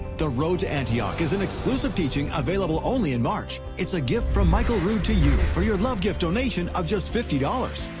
the road to antioch is an exclusive teaching available only in march. it's a gift from michael rood to you for your love gift donation of just fifty dollars.